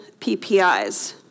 PPIs